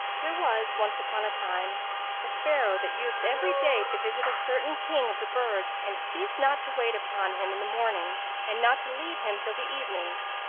there was once upon a time a sparrow, that used every day to visit a certain king of the birds and ceased not to wait upon him in the mornings and not to leave him till the evenings,